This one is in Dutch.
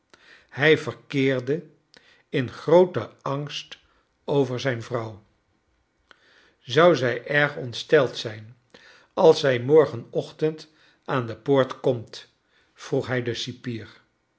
hij vcrkeorde in groote angyt over zijn vrouw zou zij erg ontsteld zijn als zij morgenochtend aan de poort komt r vroeg hij den cipier